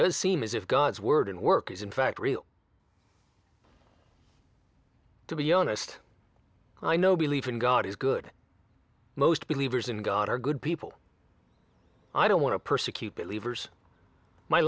does seem as if god's word and work is in fact real to be honest i know believe in god is good most believers in god are good people i don't want to persecute believers my